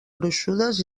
gruixudes